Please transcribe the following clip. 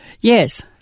Yes